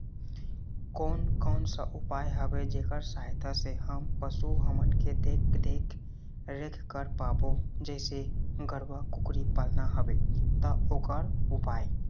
कोन कौन सा उपाय हवे जेकर सहायता से हम पशु हमन के देख देख रेख कर पाबो जैसे गरवा कुकरी पालना हवे ता ओकर उपाय?